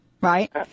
Right